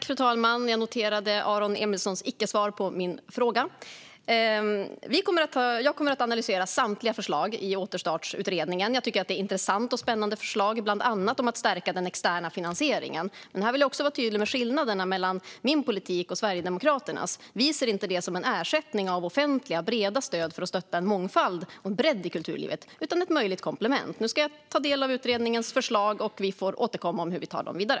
Fru talman! Jag noterade Aron Emilssons icke-svar på min fråga. Jag kommer att analysera Återstartsutredningens samtliga förslag. Jag tycker att det är intressanta och spännande förslag om bland annat att stärka den externa finansieringen. Här jag vill vara tydlig med skillnaderna mellan min politik och Sverigedemokraternas. Vi ser det inte som en ersättning för offentliga, breda stöd för att stötta en mångfald och bredd i kulturlivet utan som ett möjligt komplement. Nu ska jag ta del av utredningens förslag, och vi får återkomma om hur vi ska ta dem vidare.